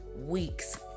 weeks